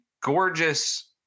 gorgeous